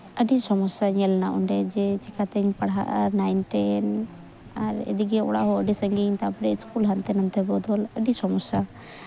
ᱟᱹᱰᱤ ᱥᱚᱢᱚᱥᱥᱟ ᱧᱮᱞᱮᱱᱟ ᱚᱸᱰᱮ ᱡᱮ ᱪᱤᱠᱟᱹᱛᱤᱧ ᱯᱟᱲᱦᱟᱜᱼᱟ ᱱᱟᱭᱤᱱ ᱴᱮᱱ ᱟᱨ ᱮᱭᱫᱤᱠᱮ ᱚᱲᱟᱜ ᱦᱚᱸ ᱟᱹᱰᱤ ᱥᱟᱺᱜᱤᱧ ᱛᱟᱨᱯᱚᱨᱮ ᱤᱥᱠᱩᱞ ᱦᱟᱱᱛᱮ ᱱᱟᱛᱮ ᱵᱚᱫᱚᱞ ᱟᱹᱰᱤ ᱥᱚᱢᱚᱥᱥᱟ